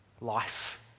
life